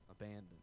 Abandoned